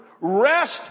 Rest